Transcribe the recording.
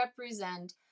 represent